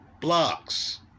blocks